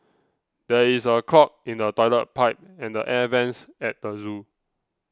there is a clog in the Toilet Pipe and the Air Vents at the zoo